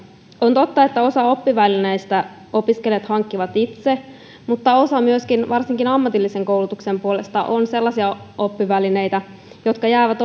on totta että osan oppivälineistä opiskelijat hankkivat itse mutta varsinkin ammatillisen koulutuksen puolella on myöskin sellaisia oppivälineitä jotka jäävät